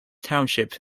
township